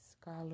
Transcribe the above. scholar